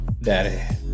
daddy